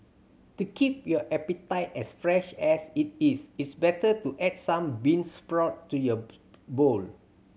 to keep your appetite as fresh as it is it's better to add some bean sprout to your bowl